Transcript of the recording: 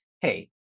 hey –